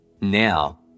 Now